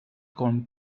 con